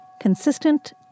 consistent